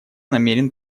намерен